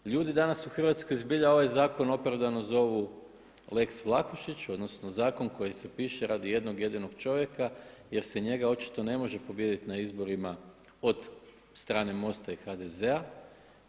Ljudi danas u Hrvatskoj zbilja ovaj zakon opravdano zovu Lex Vlahušić odnosno zakon koji se piše radi jednog jedinog čovjeka jer se njega očito ne može pobijediti na izborima od strane MOST-a i HDZ-a.